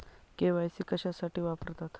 KYC कशासाठी वापरतात?